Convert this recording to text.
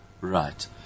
Right